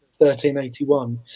1381